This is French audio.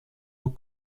aux